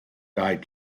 died